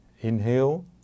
Inhale